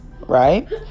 right